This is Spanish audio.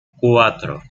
cuatro